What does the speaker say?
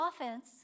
offense